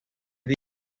este